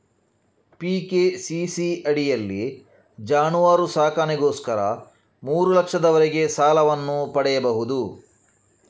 PKCC ಅಡಿಯಲ್ಲಿ ಜಾನುವಾರು ಸಾಕಣೆಗೋಸ್ಕರ ಮೂರು ಲಕ್ಷದವರೆಗೆ ಸಾಲವನ್ನು ಪಡೆಯಬಹುದು